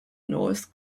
north